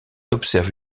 observe